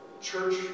Church